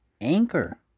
Anchor